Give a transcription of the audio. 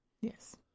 Yes